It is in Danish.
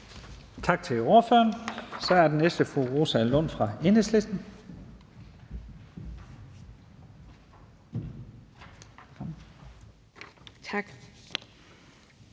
Tak til ordføreren. Så er den næste fru Rosa Lund fra Enhedslisten.